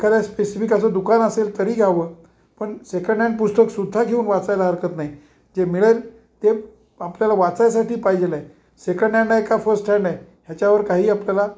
एखदा specific असं दुकान असेल तरी घ्यावे पण सेकंड हॅँड पुस्तकसुद्धा घेऊन वाचायला हरकत नाही जे मिळेल ते आपल्याला वाचण्यासाठी पाहिजे आहे सेकंड हॅडय का फर्स्ट हँड आहे ह्याच्यावर काही आपल्याल